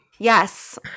yes